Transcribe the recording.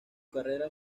carrera